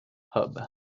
hub